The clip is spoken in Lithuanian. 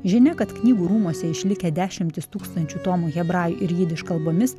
žinia kad knygų rūmuose išlikę dešimtys tūkstančių tomų hebrajų ir jidiš kalbomis